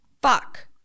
Fuck